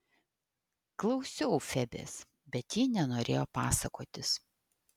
klausiau febės bet ji nenorėjo pasakotis